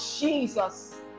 Jesus